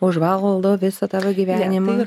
užvaldo visą tavo gyvenimą